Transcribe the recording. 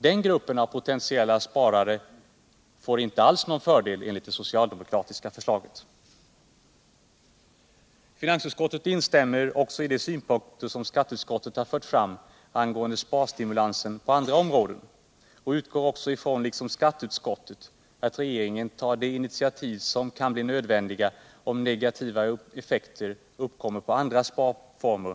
Den gruppen av potentiella sparare får inte alls någon fördel enligt det socialdemokratiska förslaget. Finansutskottet instämmer också i de synpunkter som skatteutskottet har fört fram angående sparstimulansen på andra områden och utgår liksom skatteutskottet från att regeringen tar de initiativ som kan bli nödvändiga om negativa effekter uppkommer på andra sparformer.